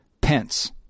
Pence